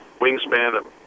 wingspan